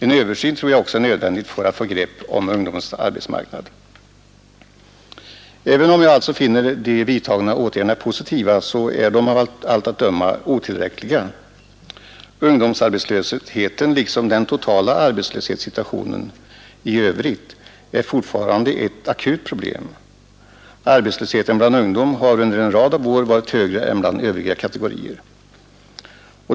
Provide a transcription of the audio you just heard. Jag tror också att en översyn är nödvändig för att få grepp om ungdomens arbetsmarknad. Även om jag finner de vidtagna åtgärderna positiva, är de av allt att döma otillräckliga. Ungdomsarbetslösheten liksom den totala arbetslöshetssituationen i övrigt är fortfarande ett akut problem. Arbetslösheten bland ungdom har under en rad av år varit högre än bland övriga kategorier.